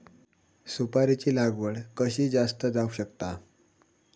सुपारीची लागवड कशी जास्त जावक शकता?